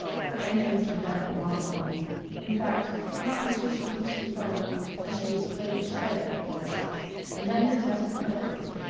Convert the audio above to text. her entrance had been abominable in fact not until she reached the phone had she displayed a shred of poise and then the test had been over.